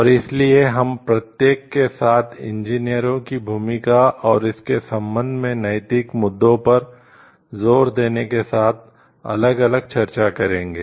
और इसलिए हम प्रत्येक के साथ इंजीनियरों की भूमिका और इसके संबंध में नैतिक मुद्दों पर जोर देने के साथ अलग अलग चर्चा करेंगे